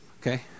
Okay